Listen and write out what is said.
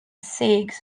segues